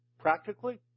practically